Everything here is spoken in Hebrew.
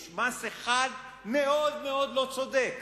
יש מס אחד מאוד מאוד לא צודק.